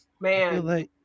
Man